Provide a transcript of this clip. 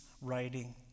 writing